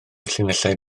llinellau